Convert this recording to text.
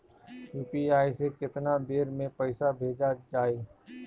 UPI से केतना देर मे पईसा भेजा जाई?